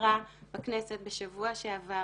שדיברה בכנסת בשבוע שעבר,